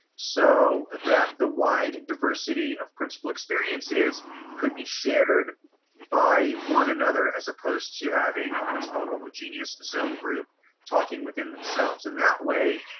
so that the wide diversity of principal experiences could be shared by one another, as opposed to having a much more homogeneous zone group talking within themselves. and that way,